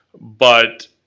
but,